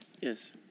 Yes